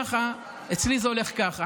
אצלי זה הולך ככה,